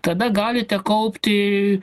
tada galite kaupti